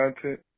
content